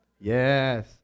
yes